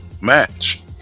match